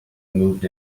moved